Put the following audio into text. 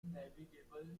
navigable